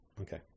Okay